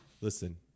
Listen